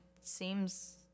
seems